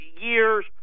years